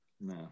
No